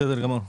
בסדר גמור.